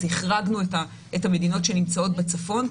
החרגנו את המדינות שנמצאות בצפון,